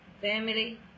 family